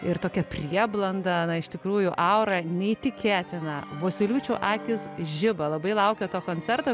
ir tokia prieblanda na iš tikrųjų aura neįtikėtina vosyliūčių akys žiba labai laukia to koncerto virš